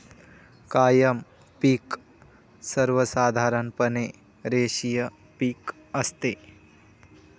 कायम पिक सर्वसाधारणपणे रेषीय पिक असते